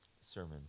sermon